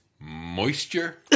Moisture